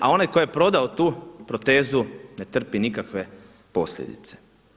A onaj tko je prodao tu protezu ne trpi nikakve posljedice.